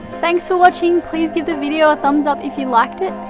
thanks for watching, please give the video a thumbs up if you liked it,